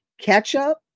ketchup